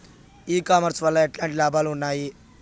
ఈ కామర్స్ వల్ల ఎట్లాంటి లాభాలు ఉన్నాయి?